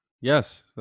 yes